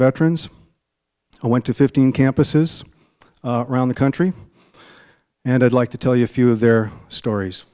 veterans i went to fifteen campuses around the country and i'd like to tell you a few of their stories